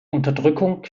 unterdrückung